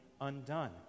undone